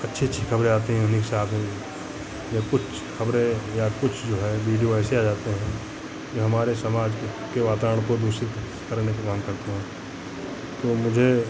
अच्छी अच्छी खबरें आती हैं उन्हीं के साथ में जो या कुछ खबरें या कुछ जो है वीडियो ऐसे आ जाते हैं जो हमारे समाज के के वातावरण को दूषित करने की माँग करते हैं तो मुझे